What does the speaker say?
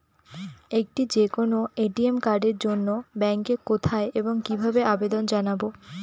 একটি যে কোনো এ.টি.এম কার্ডের জন্য ব্যাংকে কোথায় এবং কিভাবে আবেদন জানাব?